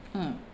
mm